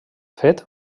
fet